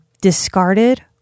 discarded